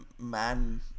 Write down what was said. man